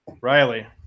Riley